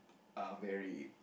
are very